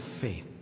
faith